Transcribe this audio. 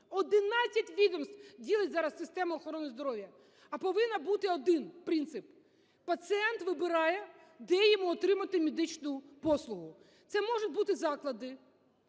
11 відомств ділить зараз систему охорони здоров'я, а повинен бути один принцип - пацієнт вибирає, де йому отримати медичну послугу. Це можуть бути заклади